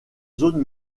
zone